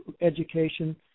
education